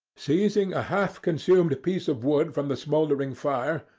seizing a half-consumed piece of wood from the smouldering fire,